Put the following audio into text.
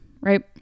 Right